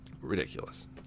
Ridiculous